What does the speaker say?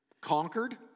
conquered